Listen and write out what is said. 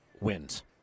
wins